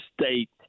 State